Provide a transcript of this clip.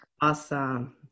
Awesome